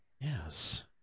Yes